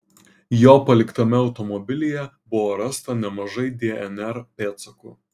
jo paliktame automobilyje buvo rasta nemažai dnr pėdsakų